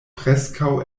preskaŭ